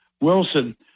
Wilson